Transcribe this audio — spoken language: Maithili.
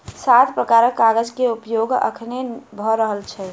सात प्रकारक कागज के उपयोग अखैन भ रहल छै